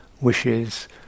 wishes